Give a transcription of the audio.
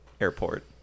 Airport